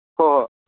ꯍꯣꯏ ꯍꯣꯏ